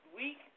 week